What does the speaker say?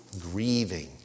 Grieving